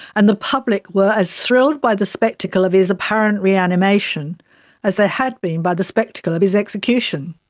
and the public were as thrilled by the spectacle of his apparent reanimation as they had been by the spectacle of his execution.